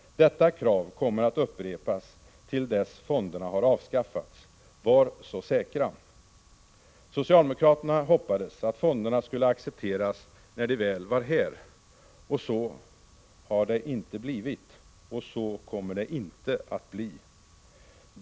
Detta krav kommer att upprepas till dess fonderna har avskaffats. Var så säkra! Socialdemokraterna hoppades att fonderna skulle accepteras när de väl var här. Så har det inte blivit, och så kommer det inte att bli.